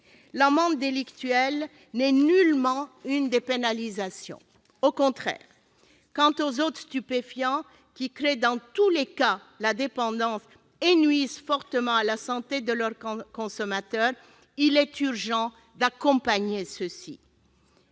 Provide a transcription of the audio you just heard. l'amende délictuelle ne constitue nullement une dépénalisation, bien au contraire. Quant aux autres stupéfiants, ils créent dans tous les cas une dépendance et nuisent fortement à la santé de leurs consommateurs. Il est urgent d'accompagner ceux-ci,